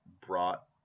brought